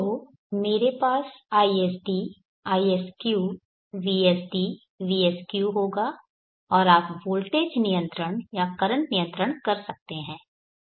तो मेरे पास isd isq vsd vsq होगा और आप वोल्टेज नियंत्रण या करंट नियंत्रण कर सकते हैं